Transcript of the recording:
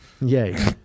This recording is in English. yay